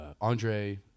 Andre